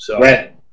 Right